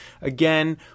Again